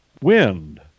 wind